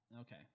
Okay